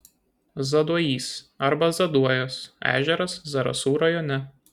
zaduojys arba zaduojas ežeras zarasų rajone